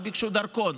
לא ביקשו דרכון,